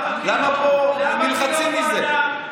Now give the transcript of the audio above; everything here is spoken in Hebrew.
למה פה נלחצים מזה?